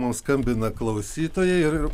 mum skambina klausytojai ir